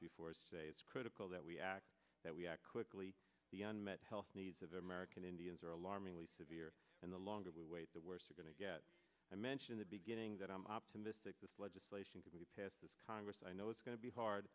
before say it's critical that we act that we act quickly the unmet health needs of american indians are alarmingly severe and the longer we wait the worse we're going to get i mentioned the beginning that i'm optimistic this legislation could be passed this congress i know it's going to be hard